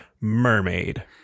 Mermaid